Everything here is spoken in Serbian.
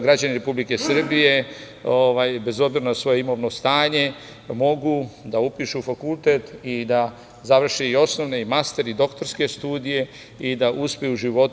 Građani Republike Srbije, bez obzira na svoje imovno stanje mogu da upišu fakultet i da završe osnovne, master i doktorske studije i da uspeju u životu.